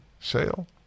Sale